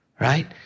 right